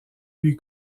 lui